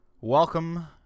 Welcome